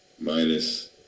Minus